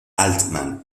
altman